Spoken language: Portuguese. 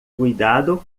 cuidado